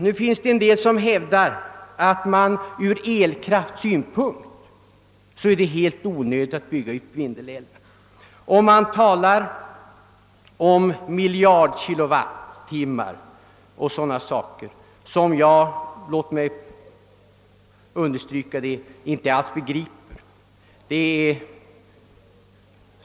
Det finns personer som hävdar att det ur elkraftssynpunkt är helt onödigt att bygga ut Vindelälven. Man talar i tekniska termer »om miljarder kilowatttimmar m.m.», något som jag — låt mig betona det — inte alls begriper.